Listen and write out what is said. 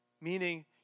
Meaning